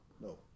No